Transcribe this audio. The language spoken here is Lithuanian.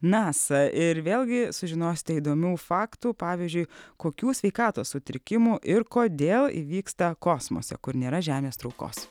nasa ir vėlgi sužinosite įdomių faktų pavyzdžiui kokių sveikatos sutrikimų ir kodėl įvyksta kosmose kur nėra žemės traukos